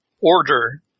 order